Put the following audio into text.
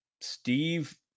Steve